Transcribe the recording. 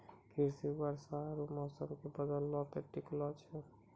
कृषि वर्षा आरु मौसमो के बदलै पे टिकलो छै